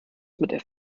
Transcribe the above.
mit